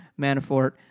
Manafort